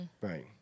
Right